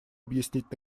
объяснить